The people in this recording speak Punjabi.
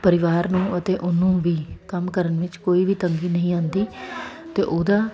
ਪਰਿਵਾਰ ਨੂੰ ਅਤੇ ਉਹਨੂੰ ਵੀ ਕੰਮ ਕਰਨ ਵਿੱਚ ਕੋਈ ਵੀ ਤੰਗੀ ਨਹੀਂ ਆਉਂਦੀ ਅਤੇ ਉਹਦਾ